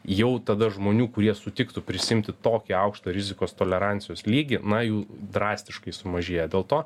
jau tada žmonių kurie sutiktų prisiimti tokį aukštą rizikos tolerancijos lygį na jų drastiškai sumažėja dėl to